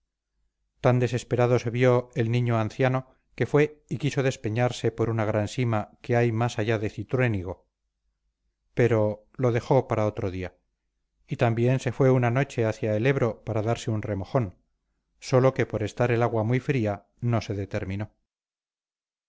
tan desesperado se vio el niño anciano que fue y quiso despeñarse por una gran sima que hay más allá de cintruénigo pero lo dejó para otro día y también se fue una noche hacia el ebro para darse un remojón sólo que por estar el agua muy fría no se determinó